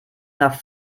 nach